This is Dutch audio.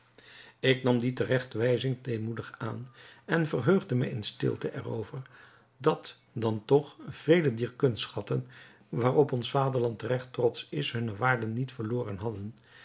ik nam die terechtwijzing deemoedig aan en verheugde mij in stilte er over dat dan toch vele dier kunstschatten waarop ons vaderland terecht trotsch is hunne waarde niet verloren hadden